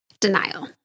denial